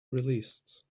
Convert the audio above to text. released